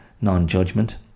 non-judgment